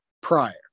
prior